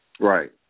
Right